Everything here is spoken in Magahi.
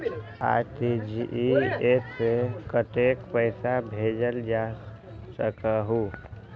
आर.टी.जी.एस से कतेक पैसा भेजल जा सकहु???